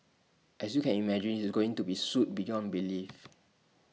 as you can imagine he's going to be sued beyond belief